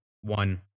one